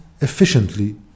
efficiently